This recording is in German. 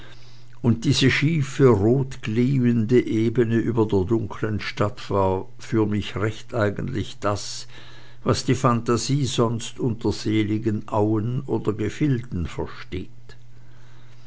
und diese schiefe rotglühende ebene über der dunklen stadt war für mich recht eigentlich das was die phantasie sonst unter seligen auen oder gefilden versteht